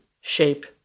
shape